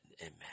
amen